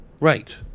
Right